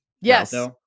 Yes